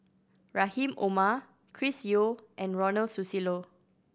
Rahim Omar Chris Yeo and Ronald Susilo